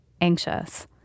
anxious